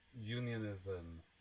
unionism